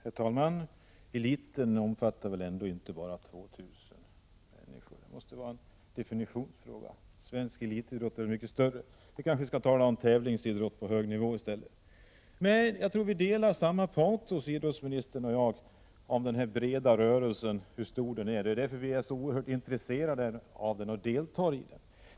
Herr talman! Eliten omfattar väl ändå inte bara 2 000 människor? Det måste vara en definitionsfråga. Svensk elitidrott är mycket större. Vi kanske skulle tala om tävlingsidrott på hög nivå i stället. Jag tror att vi delar samma patos, idrottsministern och jag, om denna breda rörelse, oavsett hur stor den är. Det är därför vi är så oerhört intresserade av den och deltar i den.